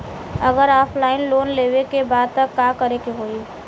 अगर offline loan लेवे के बा त का करे के होयी?